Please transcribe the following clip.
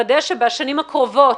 לוודא שבשנים הקרובות,